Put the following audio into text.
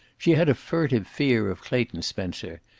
she had a furtive fear of clayton spencer,